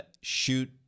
shoot